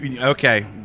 Okay